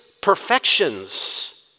perfections